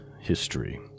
history